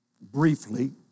briefly